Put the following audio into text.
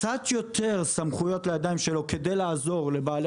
קצת יותר סמכויות לידיים שלו כדי לעזור לבעלי